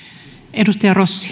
arvoisa